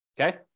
okay